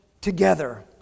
together